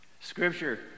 Scripture